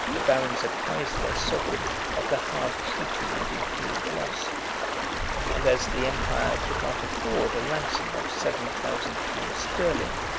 the barons apprised their sovereign of the hard treaty and impending loss and as the empire could not afford a ransom of seven thousand pounds sterling,